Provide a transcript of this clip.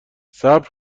صبر